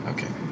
Okay